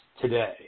today